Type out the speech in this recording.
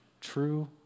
true